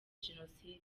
jenoside